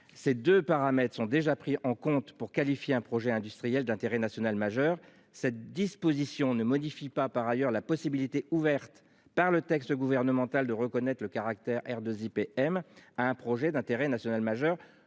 Ces 2 paramètres sont déjà pris en compte pour qualifier un projet industriel d'intérêt national majeur cette disposition ne modifie pas par ailleurs la possibilité ouverte par le texte gouvernemental de reconnaître le caractère R 2 IPM à un projet d'intérêt national majeur